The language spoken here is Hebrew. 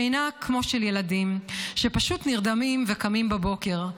שינה כמו של ילדים, שפשוט נרדמים וקמים בבוקר.